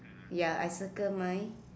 ya I circle mine